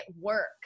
work